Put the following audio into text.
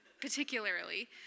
particularly